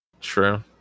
True